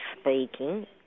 speaking